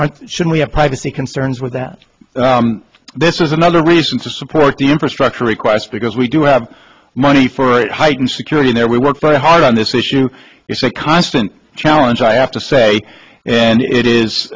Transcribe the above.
a should we have privacy concerns with that this is another reason to support the infrastructure requests because we do have money for heightened security there we work very hard on this issue it's a constant challenge i have to say and it is